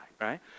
right